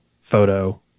photo